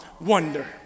wonder